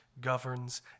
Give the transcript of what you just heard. governs